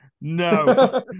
no